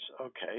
Okay